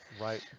right